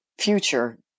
future